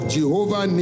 Jehovah